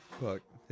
Look